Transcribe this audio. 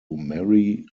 marie